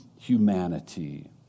humanity